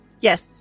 Yes